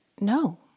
no